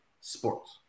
sports